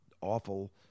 awful